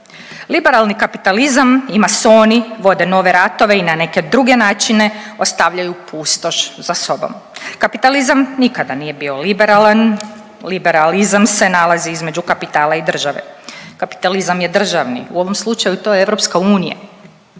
Liberalni kapitalizam i masoni vode nove ratove i na neke druge načine ostavljaju pustoš za sobom. Kapitalizam nikada nije bio liberalan, liberalizam se nalazi između kapitala i države. Kapitalizam je državni. U ovom slučaju to je EU. I pitam